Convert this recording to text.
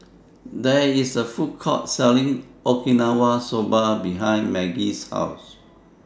There IS A Food Court Selling Okinawa Soba behind Maggie's House